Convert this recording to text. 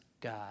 God